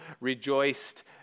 rejoiced